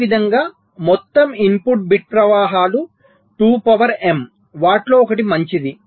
అదేవిధంగా మొత్తం input bit ప్రవాహాలు 2 పవర్ m వాటిలో ఒకటి మంచిది